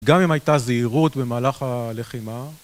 גם אם הייתה זהירות במהלך הלחימה.